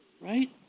right